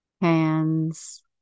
hands